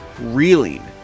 reeling